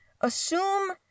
Assume